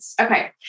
Okay